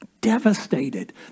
Devastated